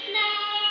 now